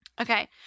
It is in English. Okay